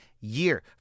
year